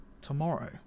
tomorrow